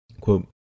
Quote